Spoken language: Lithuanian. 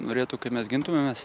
norėtų kad mes gintumėmės